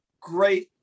great